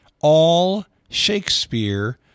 all-Shakespeare